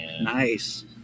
Nice